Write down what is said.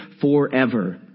forever